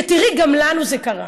תראי, גם לנו זה קרה.